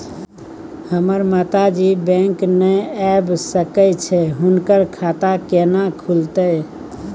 हमर माता जी बैंक नय ऐब सकै छै हुनकर खाता केना खूलतै?